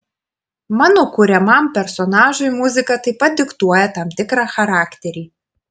mano kuriamam personažui muzika taip pat diktuoja tam tikrą charakterį